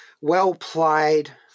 well-played